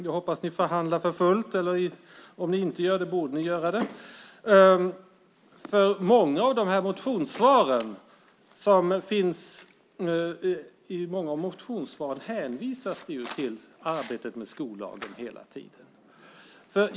Jag hoppas att ni förhandlar för fullt. Om ni inte gör det borde ni göra det, för i många av motionssvaren hänvisas det hela tiden till arbetet med skollagen.